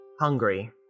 hungry